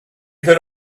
could